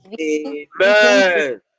Amen